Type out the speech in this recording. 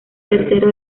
tercero